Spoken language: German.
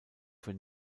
für